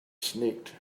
sneaked